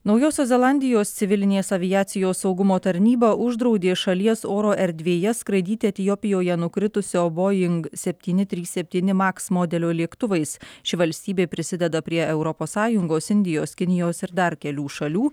naujosios zelandijos civilinės aviacijos saugumo tarnyba uždraudė šalies oro erdvėje skraidyti etiopijoje nukritusio boing septyni trys septyni maks modelio lėktuvais ši valstybė prisideda prie europos sąjungos indijos kinijos ir dar kelių šalių